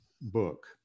book